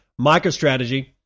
MicroStrategy